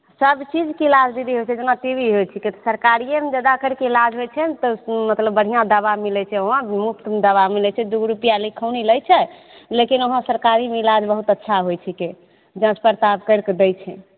सब चीजके इलाज दिदी होइ छै जेना टी बी होइ छिकै तऽ सरकारीये ने जादा करि कऽ इलाज होइ छै ने तऽ मतलब बढ़िऑं दबा मिलै छै वहाॅं मुफ्तमे दाबा मिलै छै दू गो रूपैआ लिखौनी लै छै लेकिन वहाॅं सरकारीमे इलाज बहुत अच्छा होइ छिकै जांच परताल करि कऽ दै छै